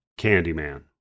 Candyman